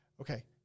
okay